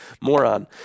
moron